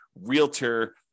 realtor